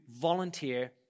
volunteer